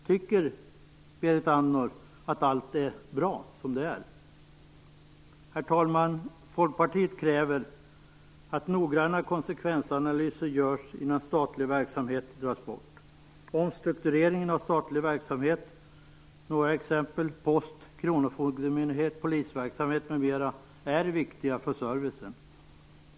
Tycker Berit Andnor att allt är bra som det är? Herr talman! Folkpartiet kräver att noggranna konsekvensanalyser görs innan statlig verksamhet dras bort. Omstrukturering av statlig verksamhet - några exempel är post, tingsrätt, kronofogdemyndighet, polisverksamhet, m.m. - är viktig för servicen.